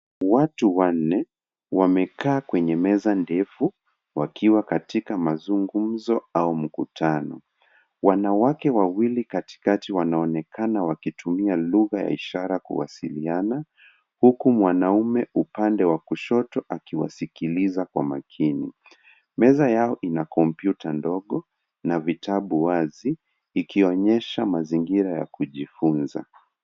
Watu wanne wamekaa kwenye meza ndefu wakiwa katika mazungumzo au mkutano. Wanawake wawili katikati wanaonekana wakitumia lugha ya ishara kuwasiliana huku mwanaume wa upande wa kushoto akiwasikiliza kwa umakini. Meza yao ina kompyuta ndogo na vitabu wazi ikionyesha mazingira ya kujifunza.